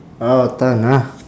orh tan ah